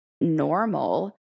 normal